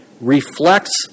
reflects